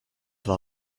war